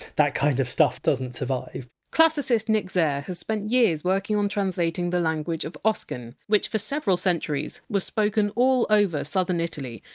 that kind of stuff doesn't doesn't survive classicist nick zair has spent years working on translating the language of oscan, which for several centuries was spoken all over southern italy,